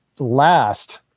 last